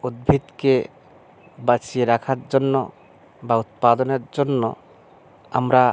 উদ্ভিদকে বাঁচিয়ে রাখার জন্য বা উৎপাদনের জন্য আমরা